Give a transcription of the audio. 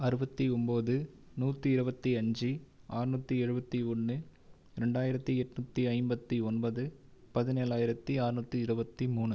அறுபத்தி ஒன்பது நூற்றி இருபத்தி அஞ்சு ஆறுநூற்றி எழுபத்தி ஒன்று ரெண்டாயிரத்தி எட்நூற்றி ஐம்பத்தி ஒன்பது பதினேழாயிரத்தி ஆறுநூற்றி இருபத்தி மூணு